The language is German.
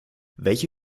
welche